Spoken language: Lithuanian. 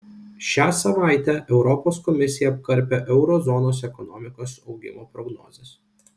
šią savaitę europos komisija apkarpė euro zonos ekonomikos augimo prognozes